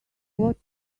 what